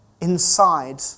inside